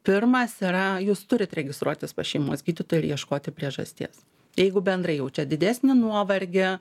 pirmas yra jūs turit registruotis pas šeimos gydytoją ir ieškoti priežasties jeigu bendrai jaučiat didesnį nuovargį